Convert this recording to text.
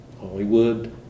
Hollywood